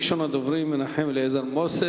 ראשון הדוברים, חבר הכנסת מנחם אליעזר מוזס,